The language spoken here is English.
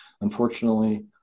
Unfortunately